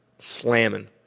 slamming